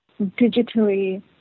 digitally